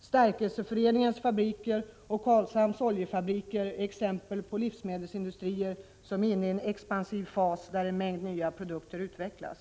Stärkelseföreningens fabriker och Karlshamns oljefabriker är exempel på livsmedelsindustrier som är inne i en expansiv fas där en mängd nya produkter utvecklas.